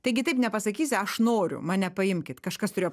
taigi taip nepasakysi aš noriu mane paimkit kažkas turėjo